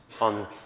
on